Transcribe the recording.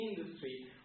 industry